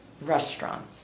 restaurants